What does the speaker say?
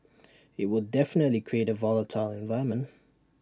IT would definitely create A volatile environment